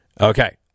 okay